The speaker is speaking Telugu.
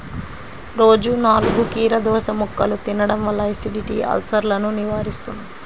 రోజూ నాలుగు కీరదోసముక్కలు తినడం వల్ల ఎసిడిటీ, అల్సర్సను నివారిస్తుంది